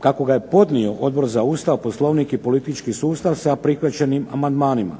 kako ga je podnio Odbor za Ustav, Poslovnik i politički sustav sa prihvaćenim amandmanima.